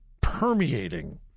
permeating